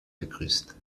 begrüßt